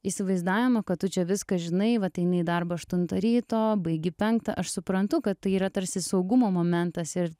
įsivaizdavimo kad tu čia viską žinai vat eini į darbą aštuntą ryto baigi penktą aš suprantu kad tai yra tarsi saugumo momentas ir